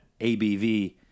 ABV